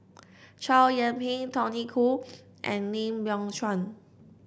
Chow Yian Ping Tony Khoo and Lim Biow Chuan